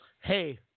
hey